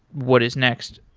what is next?